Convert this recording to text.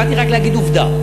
באתי רק להגיד עובדה.